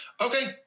Okay